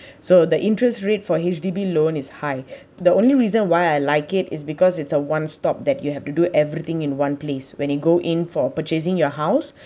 so the interest rate for H_D_B loan is high the only reason why I like it is because it's a one stop that you have to do everything in one place when we go in for purchasing your house